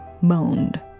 moaned